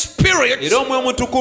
Spirit